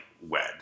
Wed